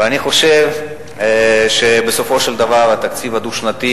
ואני חושב שבסופו של דבר התקציב הדו-שנתי,